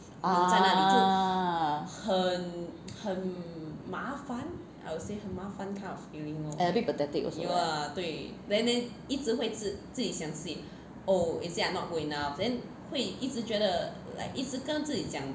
ah and abit pathetic also